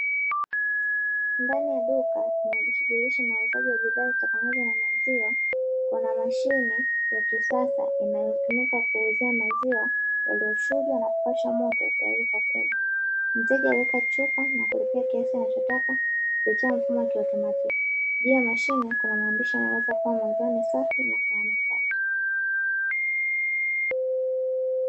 Ndani ya duka linalojishughulisha na uuzaji wa bidhaa zitokanazo na maziwa, kuna mashine ya kisasa inayotumika kuuzia maziwa yaliyochujwa na kupashwa moto tayari kwa kunywa. Mteja huweka chupa na kulipia kiasi anachotaka kupitia mfumo wa kiautomatiki. Juu ya mashine kuna maandishi yanayoeleza kuwa maziwa ni safi na salama kwa afya.